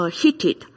heated